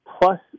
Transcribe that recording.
plus